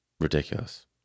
Ridiculous